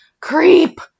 Creep